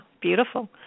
beautiful